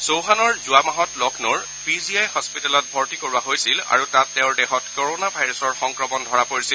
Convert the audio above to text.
চৌহানৰ যোৱা মাহত লক্ষ্ণৌৰ পি জি আই হস্পিতালত ভৰ্তি কৰোৱা হৈছিল আৰু তাত তেওঁৰ দেহত কৰণা ভাইৰাছৰ সংক্ৰমণ ধৰা পৰিছিল